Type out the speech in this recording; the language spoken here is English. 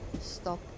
stop